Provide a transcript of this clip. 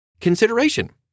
consideration